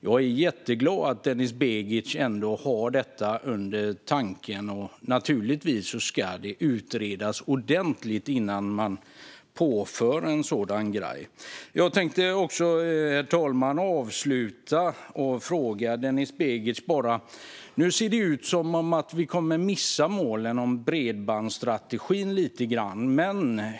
Jag är jätteglad att Denis Begic ändå har detta i tanken. Naturligtvis ska det utredas ordentligt innan man påför en sådan grej. Herr talman! Nu ser det ut som att vi kommer att missa målen i bredbandsstrategin lite grann.